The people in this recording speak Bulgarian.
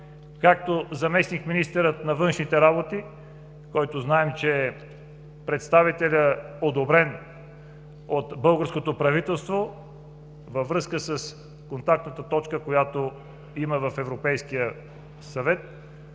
Заместник-министърът на външните работи знаем, че е представителят, одобрен от българското правителство, във връзка с контактната точка, която има в Европейския съвет,